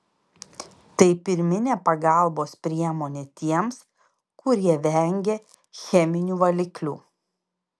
tai pirminė pagalbos priemonė tiems kurie vengia cheminių valiklių